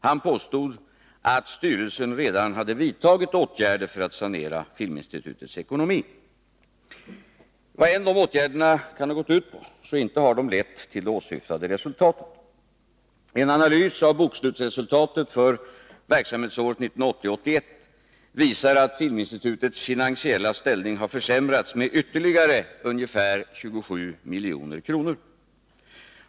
Han påstod att styrelsen redan hade vidtagit åtgärder i syfte att sanera filminstitutets ekonomi. Vad de åtgärderna än kan ha gått ut på, så inte har de lett till det åsyftade resultatet. En analys av bokslutsresultatet för verksamhetsåret 1980/81 visar att filminstitutets finansiella ställning har försämrats med ytterligare ungefär 27 milj.kr.